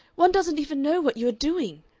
one doesn't even know what you are doing.